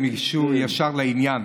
ישר לעניין.